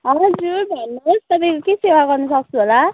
हजुर भन्नुहोस् तपाईँको के सेवा गर्नु सक्छु होला